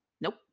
Nope